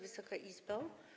Wysoka Izbo!